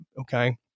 Okay